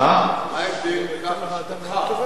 בין הדוח הזה לדוח טליה ששון,